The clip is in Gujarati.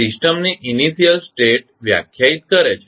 xn સિસ્ટમની ઇનિશિયલ સ્ટેટ વ્યાખ્યાયિત કરે છે